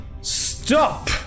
stop